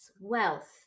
wealth